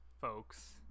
folks